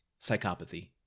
psychopathy